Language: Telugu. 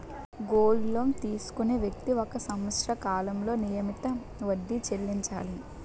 గోల్డ్ లోన్ తీసుకునే వ్యక్తి ఒక సంవత్సర కాలంలో నియమిత వడ్డీ చెల్లించాలి